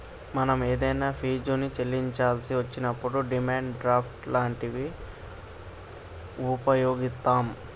మనం ఏదైనా ఫీజుని చెల్లించాల్సి వచ్చినప్పుడు డిమాండ్ డ్రాఫ్ట్ లాంటివి వుపయోగిత్తాం